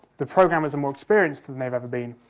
the programmers are more experienced than they've ever been,